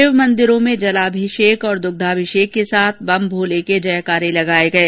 शिव मंदिरों में जलाभिषेक और दुग्धाभिषेक के साथ बम भोले के जयकारे लगाये गये